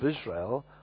Israel